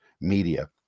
media